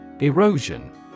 Erosion